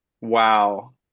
Wow